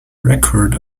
record